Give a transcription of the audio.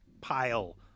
pile